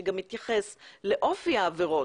שגם יתייחס לאופי העבירות.